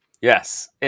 Yes